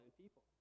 people